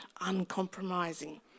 uncompromising